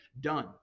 done